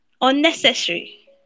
Unnecessary